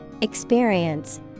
experience